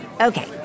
Okay